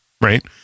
right